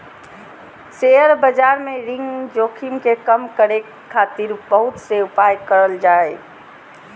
share बाजार में ऋण जोखिम के कम करे खातिर बहुत से उपाय करल जा हय